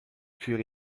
pur